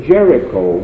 Jericho